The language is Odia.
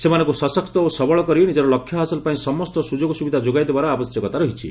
ସେମାନଙ୍କୁ ସଶକ୍ତ ଓ ସବଳ କରି ନିଜର ଲକ୍ଷ୍ୟ ହାସଲ ପାଇଁ ସମସ୍ତ ସୁଯୋଗ ସୁବିଧା ଯୋଗାଇଦେବାର ଆବଶ୍ୟକତା ରହିଛି